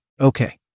Okay